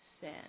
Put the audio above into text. sin